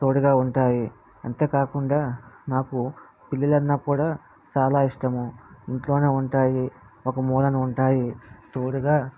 తోడుగా ఉంటాయి అంతేకాకుండా నాకు పిల్లులు అన్నా కూడా చాలా ఇష్టము ఇంట్లోనే ఉంటాయి ఒక మూలన ఉంటాయి తోడుగా